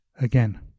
again